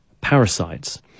parasites